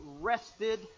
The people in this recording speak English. rested